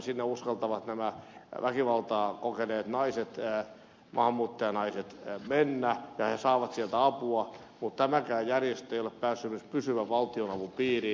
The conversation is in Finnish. sinne uskaltavat nämä väkivaltaa kokeneet naiset maahanmuuttajanaiset mennä ja he saavat sieltä apua mutta tämäkään järjestö ei ole päässyt esimerkiksi pysyvän valtionavun piiriin